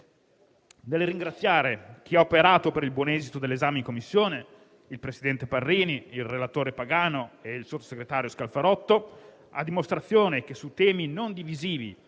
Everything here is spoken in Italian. Nel ringraziare chi ha operato per il buon esito dell'esame in Commissione (il presidente Parrini, il relatore Pagano e il sottosegretario Scalfarotto, a dimostrazione della possibilità